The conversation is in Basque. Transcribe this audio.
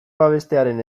babestearen